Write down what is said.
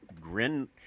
grin